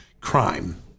crime